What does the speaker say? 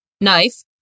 knife